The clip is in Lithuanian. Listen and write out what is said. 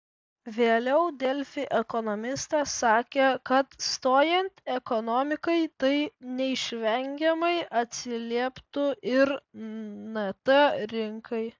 vėliau delfi ekonomistas sakė kad stojant ekonomikai tai neišvengiamai atsilieptų ir nt rinkai